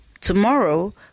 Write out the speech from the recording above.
Tomorrow